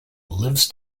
lives